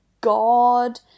god